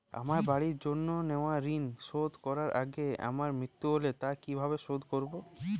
আমার বাড়ির জন্য নেওয়া ঋণ শোধ করার আগে আমার মৃত্যু হলে তা কে কিভাবে শোধ করবে?